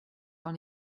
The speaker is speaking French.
dans